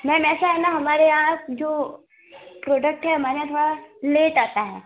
ma'am ऐसा है ना हमारे यहाँ जो प्रोडक्ट है हमारे यहाँ थोड़ा लेट आता है